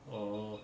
oh